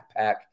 backpack